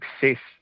success